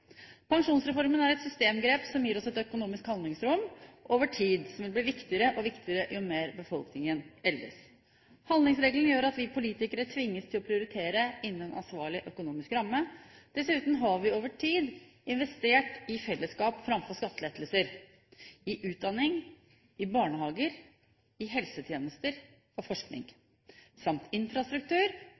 Pensjonsreformen er systemgrep som gir oss et økonomisk handlingsrom over tid som vil bli viktigere og viktigere jo mer befolkningen eldes. Handlingsregelen gjør at vi politikere tvinges til å prioritere innen en ansvarlig økonomisk ramme. Dessuten har vi over tid investert i fellesskap framfor i skattelettelser, i utdanning, i barnehager, i helsetjenester, i forskning samt i infrastruktur